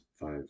five